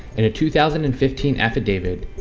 in a two thousand and fifteen affidavit,